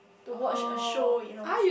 to watch a show you know